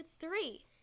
three